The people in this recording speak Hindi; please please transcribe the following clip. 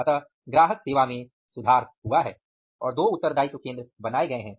अतः ग्राहक सेवा में सुधार हुआ है और दो उत्तरदायित्व केंद्र बनाए गए हैं